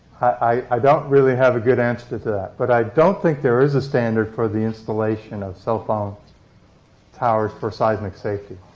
i don't really have a good answer to to that, but i don't think there is a standard for the installation of cell phone towers for seismic safety.